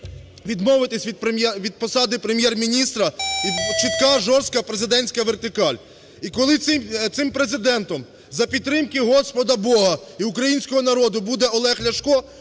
відмовитись від посади Прем'єр-міністра і чітка, жорстка президентська вертикаль. І коли цим Президентом за підтримки Господа Бога і українського народу буде Олег Ляшко,